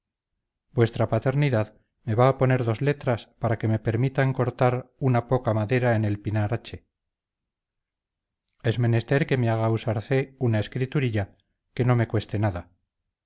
vuestra paternidad me va a poner dos letras para que me permitan cortar una poca madera en el pinar h es menester que me haga usarcé una escriturilla que no me cueste nada